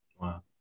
Wow